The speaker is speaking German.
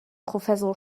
professor